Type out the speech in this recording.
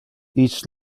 each